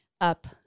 up